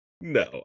no